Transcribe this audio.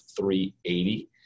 380